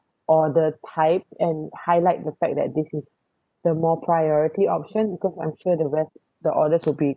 uh the type and highlight the fact that this is the more priority option because I'm sure the rest of the orders will be